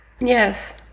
Yes